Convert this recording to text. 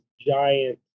giant